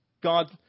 God